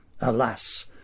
Alas